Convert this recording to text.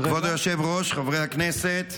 כבוד היושב-ראש, חברי הכנסת,